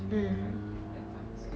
mm